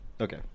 okay